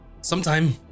sometime